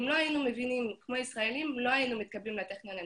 אם לא היינו מבינים כמו הישראלים לא היינו מתקבלים לטכניון,